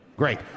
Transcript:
Great